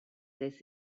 this